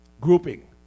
Grouping